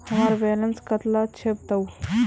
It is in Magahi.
हमार बैलेंस कतला छेबताउ?